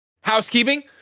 Housekeeping